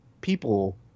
people